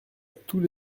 tous